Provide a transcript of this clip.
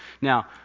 Now